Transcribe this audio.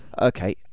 Okay